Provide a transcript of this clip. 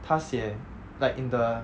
他写 like in the